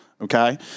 Okay